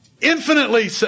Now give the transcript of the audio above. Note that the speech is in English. infinitely